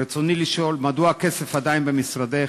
רצוני לשאול: 1. מדוע הכסף עדיין במשרדך,